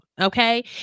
okay